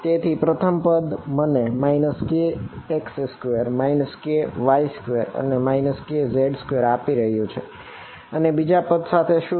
તેથી પ્રથમ પદ મને kx2 ky2 kz2 આપી રહ્યું છે અને બીજા પદ સાથે શું થશે